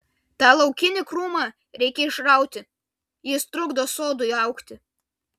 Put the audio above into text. tą laukinį krūmą reikia išrauti jis trukdo sodui augti